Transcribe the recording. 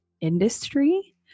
industry